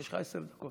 ויש לך עשר דקות.